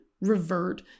revert